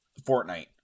Fortnite